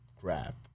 crap